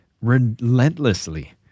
relentlessly